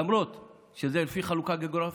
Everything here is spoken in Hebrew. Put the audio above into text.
למרות שזה לפי חלוקה גיאוגרפית,